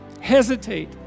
hesitate